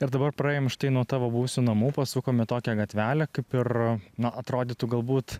ir dabar praėjom štai nuo tavo buvusių namų pasukom į tokią gatvelę kaip ir na atrodytų galbūt